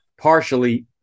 partially